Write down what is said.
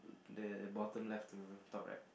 the bottom left to top right